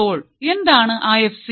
അപ്പോൾ എന്താണ് ആ എഫ് സി